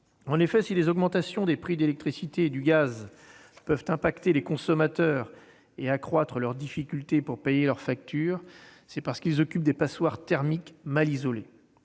En effet, si les augmentations des prix de l'électricité et du gaz peuvent impacter les consommateurs et accroître les difficultés qu'ils rencontrent pour payer leurs factures, c'est parce qu'ils occupent des passoires thermiques, des